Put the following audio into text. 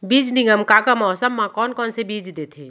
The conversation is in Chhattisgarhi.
बीज निगम का का मौसम मा, कौन कौन से बीज देथे?